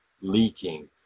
leaking